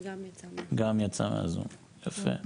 גם יצאה מהזום, יפה.